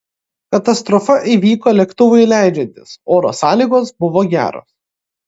katastrofa įvyko lėktuvui leidžiantis oro sąlygos buvo geros